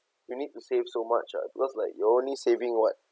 you need to save so much ah because like you're only saving what